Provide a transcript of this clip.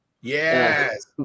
Yes